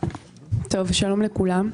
שלום לכולם.